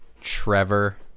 Trevor